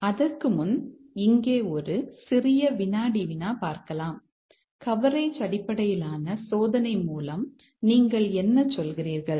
ஆனால் அதற்கு முன் இங்கே ஒரு சிறிய வினாடி வினா பார்க்கலாம் கவரேஜ் அடிப்படையிலான சோதனை மூலம் நீங்கள் என்ன சொல்கிறீர்கள்